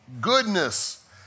goodness